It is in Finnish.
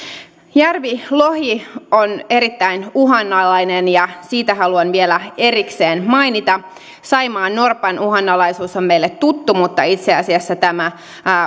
järvilohi on erittäin uhanalainen ja siitä haluan vielä erikseen mainita saimaannorpan uhanalaisuus on meille tuttu mutta itse asiassa tämä